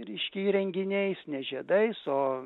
reiškia įrenginiais ne žiedais o